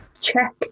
check